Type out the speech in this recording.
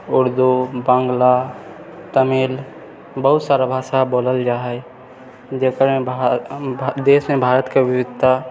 उर्दू बाङ्गला तमिल बहुत सारा भाषा बोलल जाइ हइ देशमे भारतके विविधता